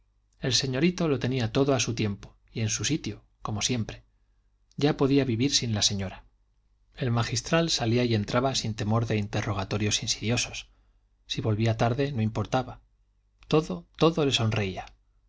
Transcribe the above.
el señorito lo tenía todo a su tiempo y en su sitio como siempre ya podía vivir sin la señora el magistral salía y entraba sin temor de interrogatorios insidiosos si volvía tarde no importaba todo todo le sonreía